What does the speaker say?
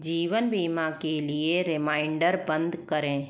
जीवन बीमा के लिए रिमाइंडर बंद करें